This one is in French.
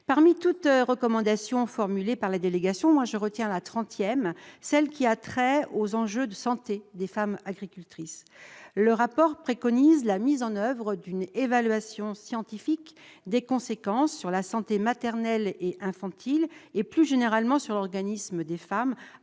Parmi toutes les recommandations formulées par la délégation, je retiens la trentième, celle qui a trait à la santé des femmes agricultrices. Le rapport préconise la mise en oeuvre d'une évaluation scientifique des conséquences, sur la santé maternelle et infantile, et plus généralement sur l'organisme des femmes, de